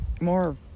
more